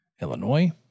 Illinois